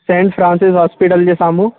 Sen Francis hospital जे साम्हूं